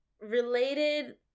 related